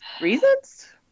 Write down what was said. reasons